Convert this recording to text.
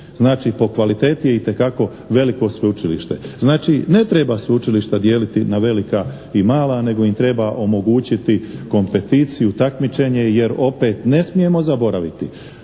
znači po kvaliteti itekako veliko sveučilište. Znači, ne treba sveučilišta dijeliti na velika i mala nego im treba omogućiti kompeticiju, takmičenje jer opet ne smijemo zaboraviti